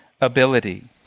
ability